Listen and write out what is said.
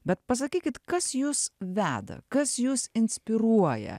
bet pasakykit kas jus veda kas jus inspiruoja